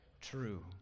true